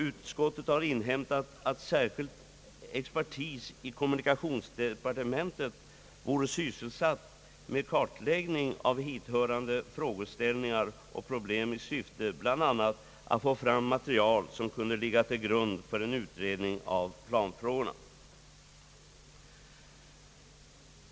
Utskottet har inhämtat att särskild expertis i kommunikationsdepartementet vore sysselsatt med kartlägg ning av hithörande frågeställningar och problem, i syfte bl.a. att få fram material som kunde ligga till grund för en utredning av planfrågorna.